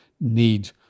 need